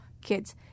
kids